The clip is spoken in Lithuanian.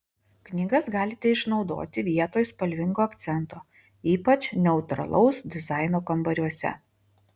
knygas galite išnaudoti vietoj spalvingo akcento ypač neutralaus dizaino kambariuose